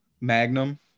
magnum